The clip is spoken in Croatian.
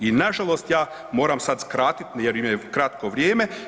I na žalost ja moram sad skratit jer mi je kratko vrijeme.